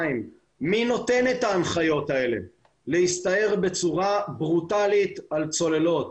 מי נותן את ההנחיות האלה להסתער בצורה ברוטלית על צוללות?